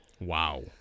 Wow